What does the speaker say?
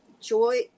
joy